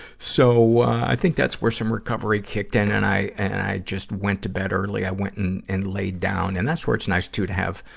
so, ah, i think that's where some recovery kicked in. and i, and i just went to bed early. i went and, and laid down. and that's where it's nice, too, to have,